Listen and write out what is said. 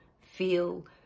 feel